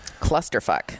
Clusterfuck